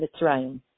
Mitzrayim